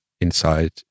inside